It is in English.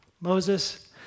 Moses